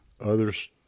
others